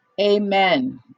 Amen